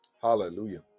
Hallelujah